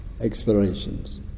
explorations